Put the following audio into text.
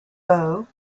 beau